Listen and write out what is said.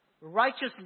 righteously